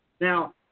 Now